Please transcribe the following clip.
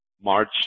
March